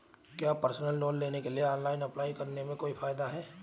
क्या personal loan के लिए ऑनलाइन अप्लाई करने से कोई फायदा है?